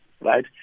right